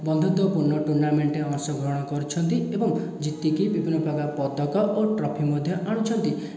ବନ୍ଧୁତ୍ଵପୂର୍ଣ୍ଣ tournament ଅଂଶ ଗ୍ରହଣ କରିଛନ୍ତି ଏବଂ ଜେତିକି ବିଭିନ୍ନ ପ୍ରକାର ପଦକ ଓ ଟ୍ରଫି ମଧ୍ୟ ଆଣୁଛନ୍ତି